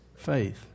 faith